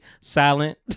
silent